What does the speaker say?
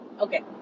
Okay